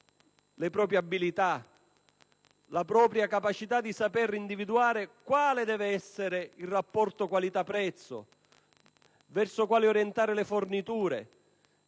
le proprie abilità, la propria capacità di saper individuare quale deve essere il rapporto qualità‑prezzo verso il quale orientare le forniture